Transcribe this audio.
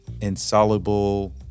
insoluble